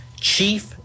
Chief